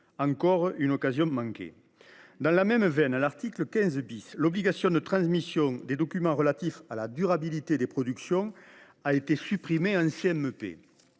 Encore une occasion manquée ! Dans la même veine, à l’article 15 , l’obligation de transmission des documents relatifs à la durabilité des productions a été supprimée en